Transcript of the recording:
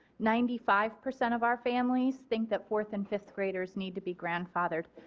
ninety five percent of our families think that fourth and fifth graders need to be grandfathered.